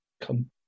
come